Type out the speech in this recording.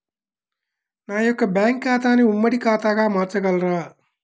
నా యొక్క బ్యాంకు ఖాతాని ఉమ్మడి ఖాతాగా మార్చగలరా?